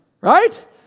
right